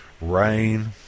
Rain